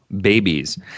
babies